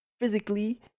physically